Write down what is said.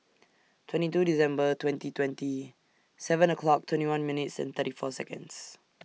twenty two December twenty twenty seven o'clock twenty one minutes and thirty four Seconds